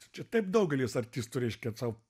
čia taip daugelis artistų reiškia sau